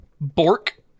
Bork